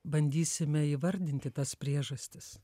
bandysime įvardinti tas priežastis